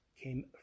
came